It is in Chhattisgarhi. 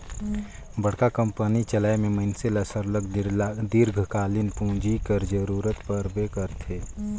बड़का कंपनी चलाए में मइनसे ल सरलग दीर्घकालीन पूंजी कर जरूरत परबे करथे